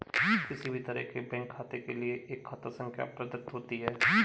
किसी भी तरह के बैंक खाते के लिये एक खाता संख्या प्रदत्त होती है